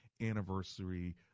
anniversary